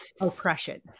oppression